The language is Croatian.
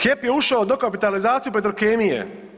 HEP je ušao u dokapitalizaciju Petrokemije.